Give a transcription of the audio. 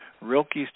Rilke's